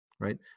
Right